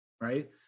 right